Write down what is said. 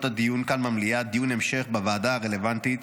הדיון כאן במליאה דיון המשך בוועדה הרלוונטית.